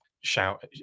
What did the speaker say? shout